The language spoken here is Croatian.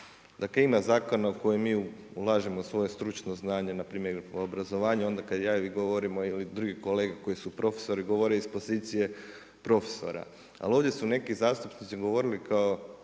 Dakle, ima zakona u koje mi ulažemo svoje stručno znanje, na primjer u obrazovanju, onda kad ja govorim ili drugi kolege koji su profesori govore iz pozicije profesora. Ali ovdje su neki zastupnici govorili kao